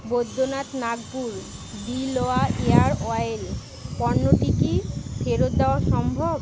Baidyanath Nagpur Bilva ear oil পণ্যটি কি ফেরত দাওয়া সম্ভব